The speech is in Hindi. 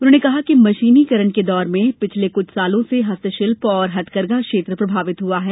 उन्होंने कहा कि मशीनीकरण के दौर में पिछले कुछ वर्षो से हस्तशिल्प और हथकरघा क्षेत्र प्रभावित हुआ है